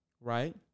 right